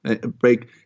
break